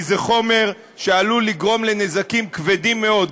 כי זה חומר שעלול לגרום לנזקים כבדים מאוד,